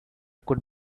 could